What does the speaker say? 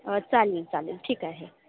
चालेल चालेल ठीक आहे